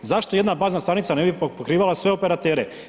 Zašto jedna bazna stanica ne bi pokrivala sve operatere?